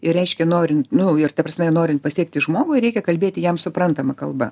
ir reiškia norin nu ir ta prasme norin pasiekti žmogui reikia kalbėti jam suprantama kalba